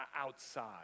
outside